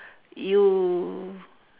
you